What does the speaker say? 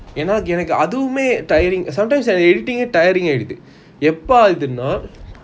என்ன என்னக்கு எதுவுமே:enna ennaku athuvumey tiring sometimes editing eh tiring ஆயிடுது எப்போ ஆவுதுன்னு:aayeduthu epo aavuthuna